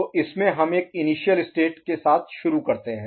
तो इस में हम एक इनिशियल स्टेट के साथ शुरू करते हैं